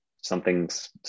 something's